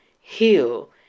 heal